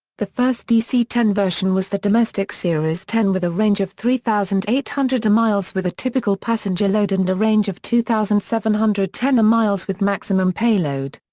the first dc ten version was the domestic series ten with a range of three thousand eight hundred miles with a typical passenger load and a range of two thousand seven hundred and ten miles with maximum payload.